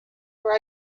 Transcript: were